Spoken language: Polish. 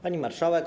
Pani Marszałek!